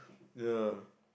ya